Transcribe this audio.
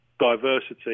diversity